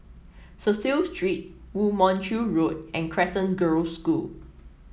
Cecil Street Woo Mon Chew Road and Crescent Girls' School